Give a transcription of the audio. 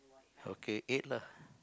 okay eight lah